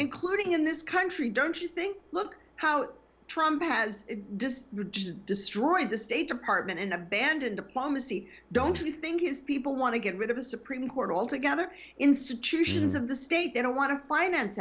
including in this country don't you think look how trump has destroyed just destroyed the state department and abandon diplomacy don't you think it's people want to get rid of a supreme court altogether institutions of the state they don't want to finance